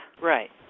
Right